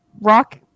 rock